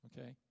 Okay